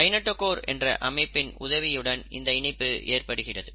kinetochore என்ற அமைப்பின் உதவியுடன் இந்த இணைப்பு ஏற்படுகிறது